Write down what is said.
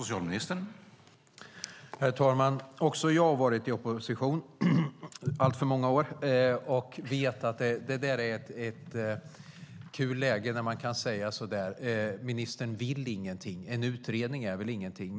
Herr talman! Också jag har varit i opposition, alltför många år, och vet att det är ett kul läge när man kan säga att ministern inte vill någonting. En utredning är väl ingenting.